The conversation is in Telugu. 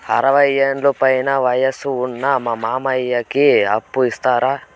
అరవయ్యేండ్ల పైన వయసు ఉన్న మా మామకి అప్పు ఇస్తారా